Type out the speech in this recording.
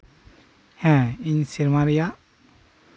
ᱦᱮᱸ ᱤᱧ ᱥᱮᱨᱢᱟ ᱨᱮᱭᱟᱜ